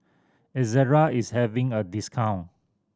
Ezerra is having a discount